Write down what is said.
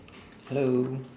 hello